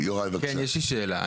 יש לי שאלה.